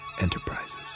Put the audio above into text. Enterprises